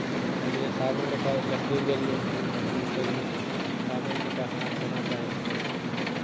एलियै साबुन लऽ कऽ लेट्रिंग गेलियै लेट्रिंगसँ एलियै साबुन लऽ कऽ हाथ धोना चाही